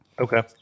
Okay